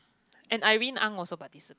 and Irene-Ang also participant